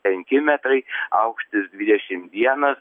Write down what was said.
penki metrai aukštis dvidešim vienas